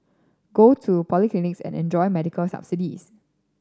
go to polyclinics and enjoy medical subsidies